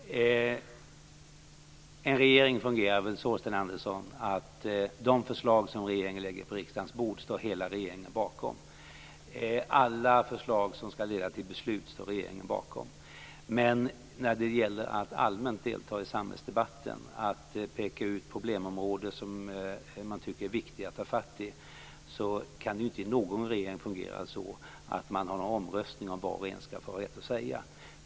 Herr talman! Jag skall hålla mig mycket kort. En regering fungerar väl så, Sten Andersson, att hela regeringen står bakom de förslag som man lägger fram på riksdagens bord. Alla förslag som skall leda till beslut står regeringen bakom. Men när det gäller att allmänt delta i samhällsdebatten och att peka ut problemområden som man tycker är viktiga att ta fatt i kan det inte i någon regering fungera så, att man har en omröstning om vad var och en skall ha rätt att säga.